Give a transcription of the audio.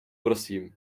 prosím